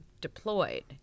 deployed